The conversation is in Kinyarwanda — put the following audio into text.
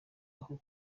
aho